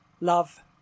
love